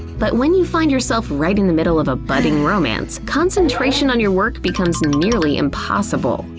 but when you find yourself right in the middle of a budding romance, concentrating on your work becomes nearly impossible.